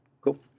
cool